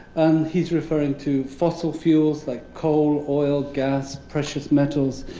and he's referring to fossil fuels like coal, oil, gas, precious metals,